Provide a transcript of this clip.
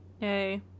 Yay